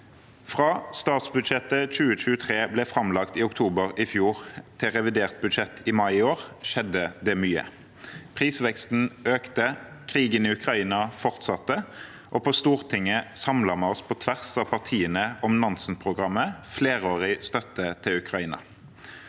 Fra statsbudsjettet for 2023 ble framlagt i oktober i fjor til revidert budsjett i mai i år, skjedde det mye. Prisveksten økte, krigen i Ukraina fortsatte, og på Stortinget samlet vi oss på tvers av partiene om Nansen-programmet for flerårig støtte til Ukraina.